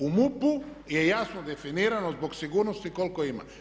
U MUP-u je jasno definirano zbog sigurnosti koliko ima.